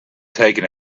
taken